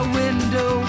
window